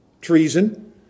Treason